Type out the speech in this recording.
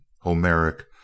homeric